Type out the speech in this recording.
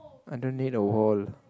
I don't need a wall